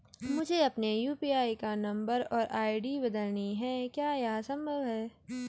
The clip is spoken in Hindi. मुझे अपने यु.पी.आई का नम्बर और आई.डी बदलनी है क्या यह संभव है?